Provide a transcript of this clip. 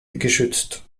geschützt